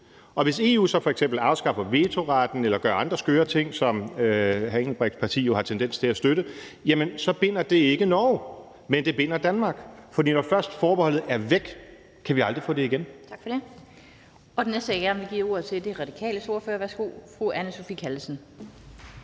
Hvis EU så f.eks. afskaffer vetoretten eller gør andre skøre ting, som hr. Benny Engelbrechts parti jo har tendens til at støtte, så binder det ikke Norge, men det binder Danmark, for når først forbeholdet er væk, kan vi aldrig få det igen.